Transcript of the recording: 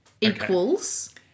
Equals